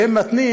שהם מתנים,